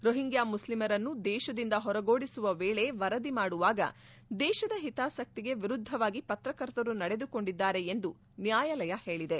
Rohingya ಮುಸ್ಲಿಂರನ್ನು ದೇಶದಿಂದ ಹೊರಗೋಡಿಸುವ ವೇಳೆ ವರದಿ ಮಾಡುವಾಗ ದೇಶದ ಹಿತಾಸಕ್ತಿಗೆ ವಿರುದ್ದವಾಗಿ ಪತ್ರಕರ್ತರು ನಡೆದುಕೊಂಡಿದ್ದಾರೆ ಎಂದು ನ್ಣಾಯಾಲಯ ಹೇಳಿದೆ